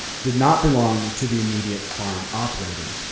did not belong to the immediate farm operator.